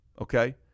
okay